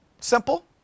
Simple